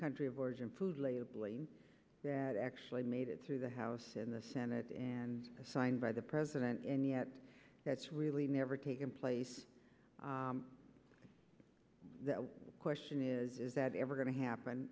country of origin food labeling that actually made it to the house in the senate and signed by the president and yet that's really never taken place the question is is that ever going to happen